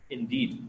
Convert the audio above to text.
Indeed